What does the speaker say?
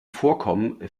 vorkommen